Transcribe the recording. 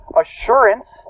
assurance